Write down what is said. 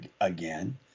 again